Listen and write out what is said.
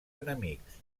enemics